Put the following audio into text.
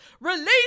Release